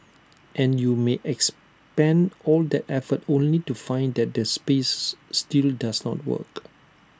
and you may expend all that effort only to find that the space still does not work